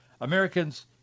Americans